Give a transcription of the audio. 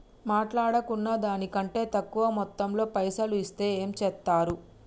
మాట్లాడుకున్న దాని కంటే తక్కువ మొత్తంలో పైసలు ఇస్తే ఏం చేత్తరు?